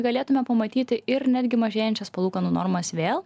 galėtume pamatyti ir netgi mažėjančias palūkanų normas vėl